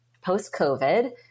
post-COVID